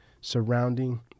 surrounding